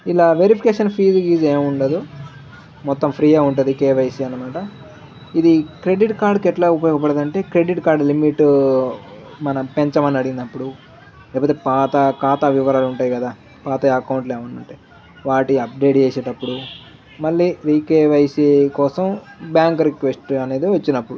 ఇలా verification fee గీజు ఏముండదు మొత్తం ఫ్రీగా ఉంటుంది కేవైసి అనమాట ఇది క్రెడిట్ కార్డుకి ఎట్లా ఉపయోగపడదంటే క్రెడిట్ కార్డు లిమిట్ మనం పెంచమని అడిగినప్పుడు లేకపోతే పాత పాత వివరాలు ఉంటాయి కదా పాత అకౌంట్లు ఏమన్నా ఉంటా వాటి అప్డేట్ చేసేటప్పుడు మళ్ళీ ఈ కేవైసి కోసం బ్యాంక్ రిక్వెస్ట్ అనేది వచ్చినప్పుడు